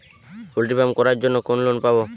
Poultry farm করার জন্য কোন লোন পাব?